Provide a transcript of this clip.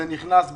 זה נכנס בחוק,